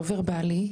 לא ורבלי,